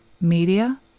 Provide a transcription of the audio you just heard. Media